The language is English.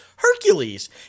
Hercules